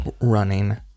running